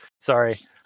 sorry